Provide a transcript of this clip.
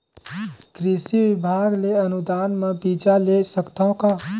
कृषि विभाग ले अनुदान म बीजा ले सकथव का?